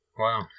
Wow